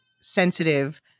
sensitive